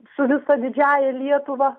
su visa didžiąja lietuva